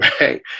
right